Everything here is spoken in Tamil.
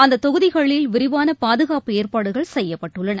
அந்ததொகுதிகளில் விரிவானபாதுகாப்பு ஏற்பாடுகள் செய்யப்பட்டுள்ளன